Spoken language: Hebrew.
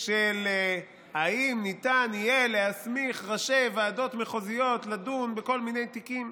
של האם ניתן יהיה להסמיך ראשי ועדות מחוזיות לדון בכל מיני תיקים,